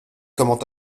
comment